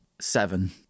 seven